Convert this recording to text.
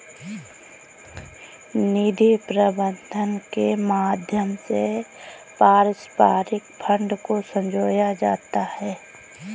निधि प्रबन्धन के माध्यम से पारस्परिक फंड को संजोया जाता है